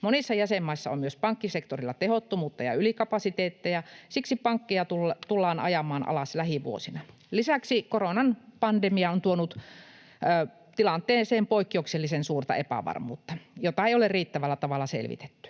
Monissa jäsenmaissa on myös pankkisektorilla tehottomuutta ja ylikapasiteetteja. Siksi pankkeja tullaan ajamaan alas lähivuosina. Lisäksi koronapandemia on tuonut tilanteeseen poikkeuksellisen suurta epävarmuutta, jota ei ole riittävällä tavalla selvitetty.